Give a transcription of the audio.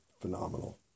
phenomenal